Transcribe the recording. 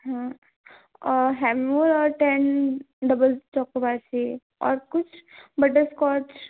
हाँ Havmor ten double chocobar चाहिए और कुछ बटरस्कॉच